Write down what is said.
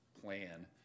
plan